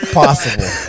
possible